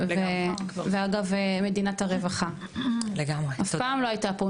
ואגב, מדינת הרווחה, אף פעם לא הייתה פה.